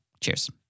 Cheers